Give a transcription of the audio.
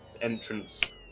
entrance